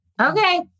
Okay